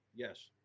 Yes